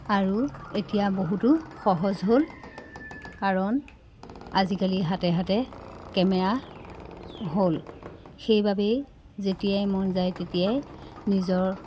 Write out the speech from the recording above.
আৰু এতিয়া বহুতো সহজ হ'ল কাৰণ আজিকালি হাতে হাতে কেমেৰা হ'ল সেইবাবেই যেতিয়াই মন যায় তেতিয়াই নিজৰ